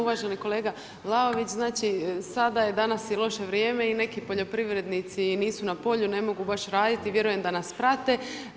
Uvaženi kolega Vlaović, sada je, danas je loše vrijeme i neki poljoprivrednici nisu na polju, ne mogu baš raditi, vjerujem da nas prate.